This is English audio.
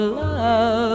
love